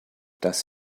das